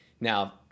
Now